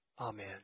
Amen